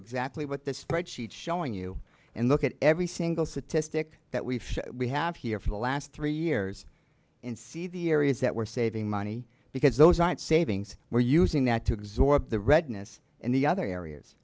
exactly what the spread sheet showing you and look at every single statistic that we feel we have here for the last three years and see the areas that we're saving money because those aren't savings we're using that to exhort the redness and the other areas